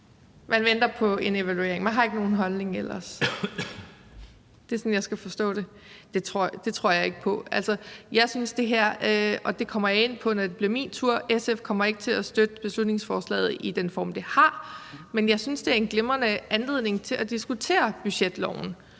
man venter på en evaluering, og ellers har man ikke nogen holdning. Det er sådan, jeg skal forstå det? Det tror jeg ikke på. SF kommer ikke – og det kommer jeg ind på, når det bliver min tur – til at støtte beslutningsforslaget i den form, det har, men jeg synes, det er en glimrende anledning til at diskutere budgetloven.